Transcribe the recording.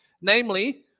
Namely